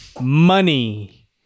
Money